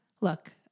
Look